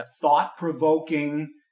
thought-provoking